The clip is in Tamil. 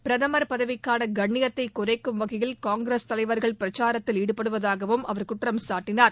பிரதம் பதவிக்கான கண்ணியத்தை குறைக்கும் வகையில் காங்கிரஸ் தலைவர்கள் பிரச்சாரத்தில் ஈடுபடுவதாகவும் அவர் குற்றம்சாட்டினார்